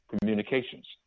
communications